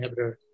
inhibitor